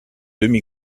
demi